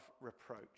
reproach